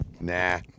Nah